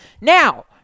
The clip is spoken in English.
Now